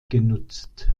genutzt